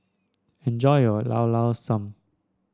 enjoy your Llao Llao Sanum